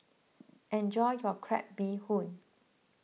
enjoy your Crab Bee Hoon